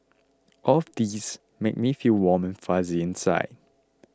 all of these make me feel warm and fuzzy inside